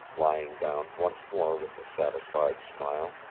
lying down once more with a satisfied smile.